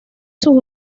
sus